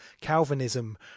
Calvinism